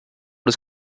was